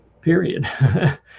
period